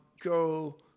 go